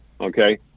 okay